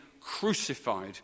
crucified